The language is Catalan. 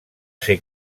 ser